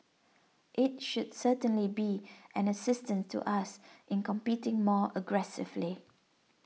it should certainly be an assistance to us in competing more aggressively